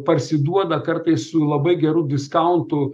parsiduoda kartais su labai geru diskauntu